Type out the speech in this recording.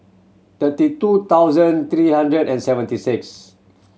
thirty two thousand three hundred and seventy six